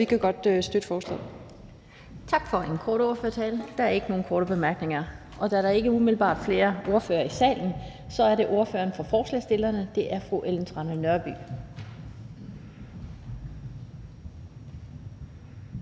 formand (Annette Lind): Tak for en kort ordførertale. Det er ikke nogen korte bemærkninger. Da der ikke umiddelbart er flere ordførere i salen, er det ordføreren for forslagsstillerne, fru Ellen Trane Nørby.